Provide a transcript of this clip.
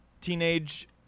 teenage